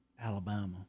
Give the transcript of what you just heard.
Alabama